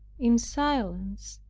in silence,